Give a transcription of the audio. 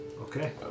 Okay